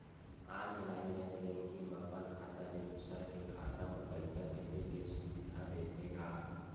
online net banking म अपन खाता ले दूसर के खाता म पइसा भेजे के सुबिधा देथे गा